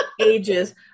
ages